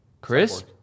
Chris